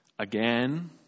Again